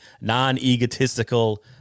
non-egotistical